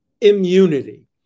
immunity